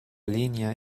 línea